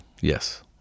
Yes